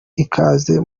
ikaze